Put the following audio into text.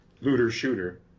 looter-shooter